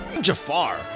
Jafar